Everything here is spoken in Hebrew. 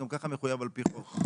גם ככה מחויב על פי חוק".